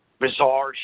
bizarre